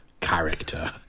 character